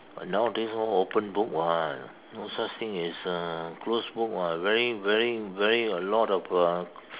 but nowadays all open book [one] no such thing as uh close book [what] very very very a lot of uh